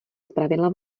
zpravidla